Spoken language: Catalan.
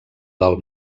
del